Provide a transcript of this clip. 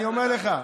אני אומר לך.